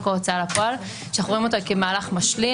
ההוצאה לפועל שאנחנו רואים כמהלך משלים,